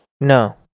No